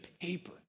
paper